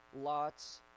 Lot's